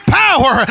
power